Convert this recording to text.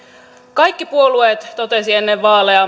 kaikki puolueet totesivat ennen vaaleja